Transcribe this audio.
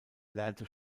lernte